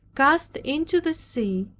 cast into the sea,